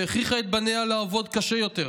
שהכריחה את בניה לעבוד קשה יותר,